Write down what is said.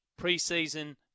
preseason